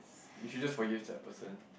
you should just forgive that person